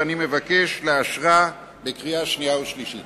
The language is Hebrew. ואני מבקש לאשרה בקריאה שנייה ובקריאה שלישית.